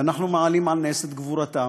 ואנחנו מעלים על נס את גבורתם.